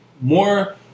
more